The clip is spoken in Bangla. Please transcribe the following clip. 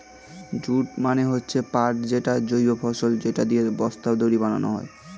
জুট মানে হচ্ছে পাট যেটা জৈব ফসল, সেটা দিয়ে বস্তা, দড়ি বানানো হয়